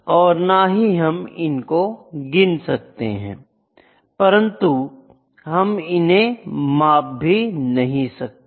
पर यह भी है कि हम डिस्क्रीट प्रसंगों की संख्याओं को गिन सकते हैं तो हम इनको गिन सकते हैं परंतु माप नहीं सकते